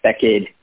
decade